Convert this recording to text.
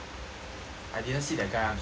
I didn't see that guy I'm so sorry